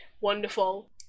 wonderful